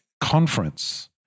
conference